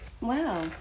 Wow